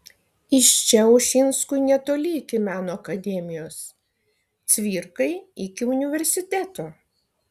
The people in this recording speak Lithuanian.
iš čia ušinskui netoli iki meno akademijos cvirkai iki universiteto